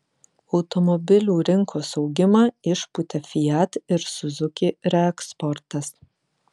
automobilių rinkos augimą išpūtė fiat ir suzuki reeksportas